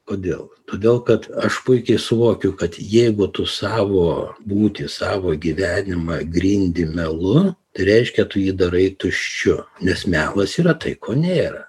kodėl todėl kad aš puikiai suvokiu kad jeigu tu savo būtį savo gyvenimą grindi melu tai reiškia tu jį darai tuščiu nes melas yra tai ko nėra